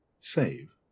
save